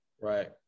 Right